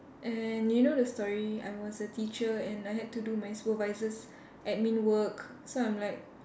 and you know the story I was a teacher and I had to do my supervisor's admin work so I'm like